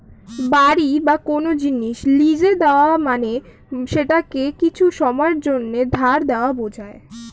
বাড়ি বা কোন জিনিস লীজে দেওয়া মানে সেটাকে কিছু সময়ের জন্যে ধার দেওয়া বোঝায়